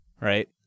right